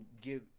give